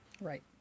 Right